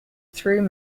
through